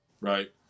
right